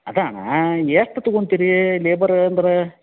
ಅದೇ ಎಷ್ಟು ತೊಗೊಳ್ತೀರಿ ಲೇಬರ್ ಅಂದರೆ